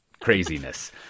craziness